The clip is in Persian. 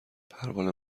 پروانه